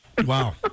Wow